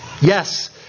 Yes